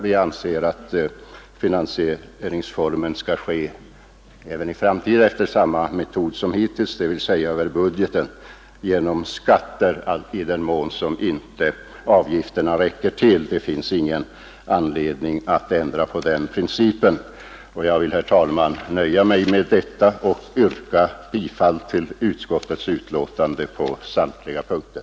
Vi anser att finansieringen även i framtiden skall ske enligt samma metod som hittills, dvs. över budgeten genom skatter i den mån avgifterna inte räcker till. Det finns ingen anledning att ändra på den principen. Jag nöjer mig med detta, herr talman, och yrkar bifall till utskottets hemställan på samtliga punkter.